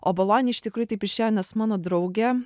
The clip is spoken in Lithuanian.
o boloni iš tikrųjų taip išėjo nes mano draugė